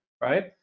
right